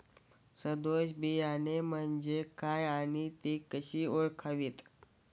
सदोष बियाणे म्हणजे काय आणि ती कशी ओळखावीत?